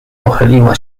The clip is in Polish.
pochyliła